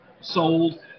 sold